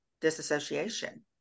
disassociation